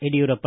Yediyurappa